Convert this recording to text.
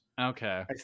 Okay